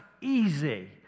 easy